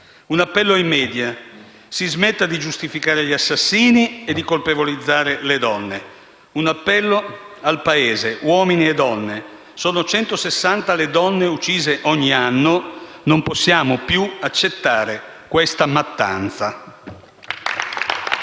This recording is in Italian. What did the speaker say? Un appello ai *media*: si smetta di giustificare gli assassini e di colpevolizzare le donne. Un appello al Paese, uomini e donne: sono 160 le donne uccise ogni anno; non possiamo più accettare questa mattanza. *(Applausi